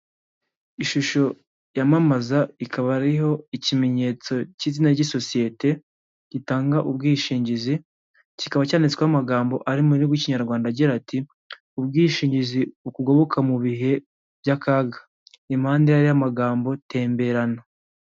Ishusho yamamaza ikaba ariho ikimenyetso cy'izina ry'isosiyete gitanga ubwishingizi, kikaba cyanditsweho amagambo ari mu rw'ikinyarwanda agira, ati:'' ubwishingizi bukugoboka mu bihe by'akaga'' impande y'aya magambo temberana.